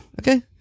Okay